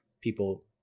people